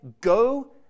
go